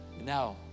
Now